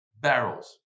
barrels